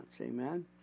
Amen